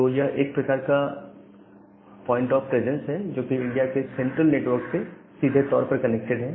तो यह एक प्रकार का पॉइंट ऑफ प्रेजेंस है जोकि इंडिया के सेंट्रल नेटवर्क से सीधे तौर पर कनेक्टेड है